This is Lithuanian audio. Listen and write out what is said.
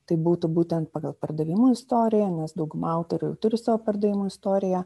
tai būtų būtent pagal pardavimų istoriją nes dauguma autorių turi savo pardavimų istoriją